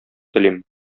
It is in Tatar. телим